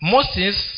Moses